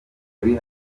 uri